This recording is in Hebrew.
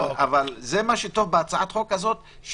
זה מה שטוב בהצעת החוק הזאת,